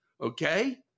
Okay